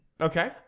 Okay